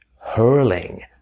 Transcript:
hurling